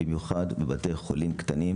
במיוחד בי חולים קטנים.